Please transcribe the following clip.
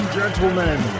gentlemen